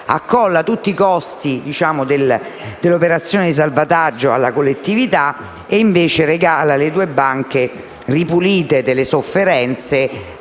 accolla tutti i costi delle operazioni di salvataggio alla collettività e regala invece le due banche, ripulite dalle sofferenze,